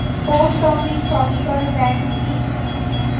Post office সঞ্চয় bank কি?